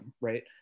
right